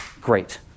great